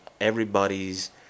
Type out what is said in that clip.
everybody's